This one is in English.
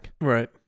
Right